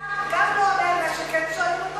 השר גם לא עונה על מה שכן שואלים אותו